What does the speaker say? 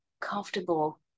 comfortable